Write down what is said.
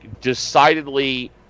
decidedly